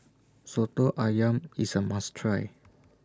Soto Ayam IS A must Try